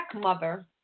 mother